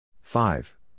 Five